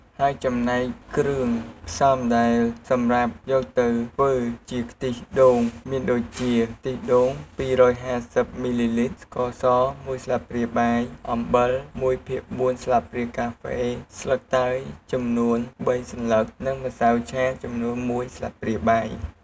ហើយចំណែកគ្រឿងផ្សំដែលសម្រាប់យកទៅធ្វើជាខ្ទិះដូងមានដូចជា ខ្ទិះដូង២៥០មីលីលីត្រ ស្ករស១ស្លាបព្រាបាយ អំបិល១ភាគ៤ស្លាបព្រាកាហ្វេ ស្លឹកតើយចំនួន៣សន្លឹក និងម្សៅឆាចំនួន១ស្លាបព្រាបាយ។